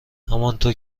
همانطور